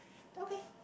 okay